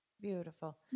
beautiful